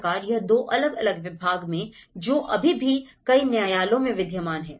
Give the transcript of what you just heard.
इस प्रकार यह दो अलग अलग विभाग हैं जो अभी भी कई न्यायालयों में विद्यमान हैं